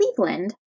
Cleveland